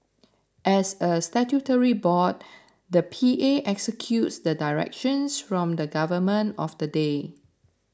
as a statutory board the P A executes the directions from the government of the day